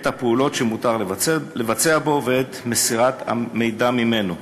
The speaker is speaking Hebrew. את הפעולות שמותר לבצע בו ואת מסירת המידע ממנו.